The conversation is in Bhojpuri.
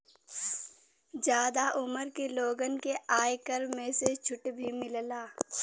जादा उमर के लोगन के आयकर में से छुट भी मिलला